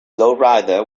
lowrider